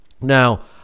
Now